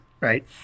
right